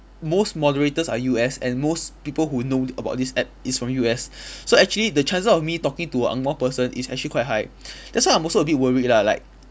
most moderators are U_S and most people who know about this app is from U_S so actually the chances of me talking to a angmoh person is actually quite high that's why I'm also a bit worried lah like